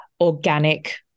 organic